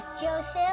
Joseph